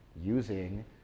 using